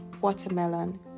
watermelon